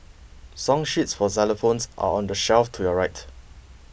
song sheets for xylophones are on the shelf to your right